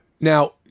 Now